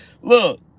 look